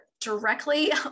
directly